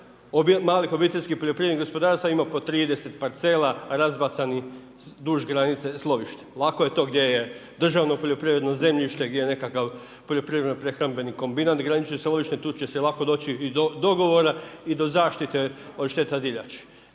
veliki broj poljoprivrednih proizvođača, malih OPG-a ima po 30 parcela razbacanih duž granice sa lovištem. Lako je to gdje je državno poljoprivredno zemljište, gdje ne nekakav poljoprivredno prehrambeni kombinat granični s lovištem, tu će se lako doći i do dogovora i do zaštite od šteta divljači,